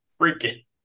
Freaking